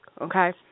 okay